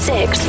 Six